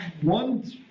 one